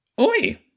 Oi